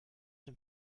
dem